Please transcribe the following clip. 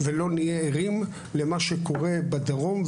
ולא נהיה ערים למה שקורה בדרום,